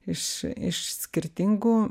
iš iš skirtingų